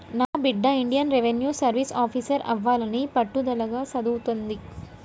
నా బిడ్డ Indian revenue service officer అవ్వాలని పట్టుదలగా సదువుతుంది